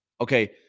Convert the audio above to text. Okay